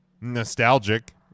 nostalgic